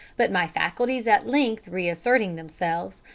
but my faculties at length reasserting themselves,